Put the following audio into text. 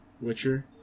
Witcher